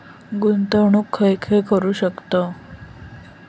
गुंतवणूक खय खय करू शकतव?